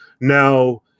Now